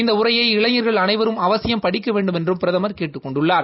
இந்த உரையை இளைஞர்கள் அனைவரும் அவசியம் படிக்க வேண்டுமென்றும் பிரதமர் கேட்டுக் கொண்டுள்ளார்